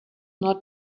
not